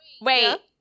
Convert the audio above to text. wait